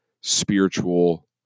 spiritual